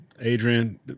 Adrian